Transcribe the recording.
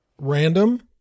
random